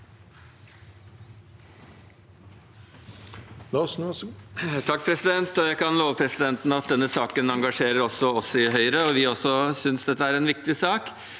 (H) Jeg kan love presiden- ten at denne saken engasjerer oss i Høyre, og vi synes også dette er en viktig sak.